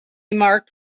marked